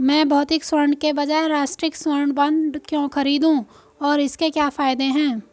मैं भौतिक स्वर्ण के बजाय राष्ट्रिक स्वर्ण बॉन्ड क्यों खरीदूं और इसके क्या फायदे हैं?